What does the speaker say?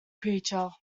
creature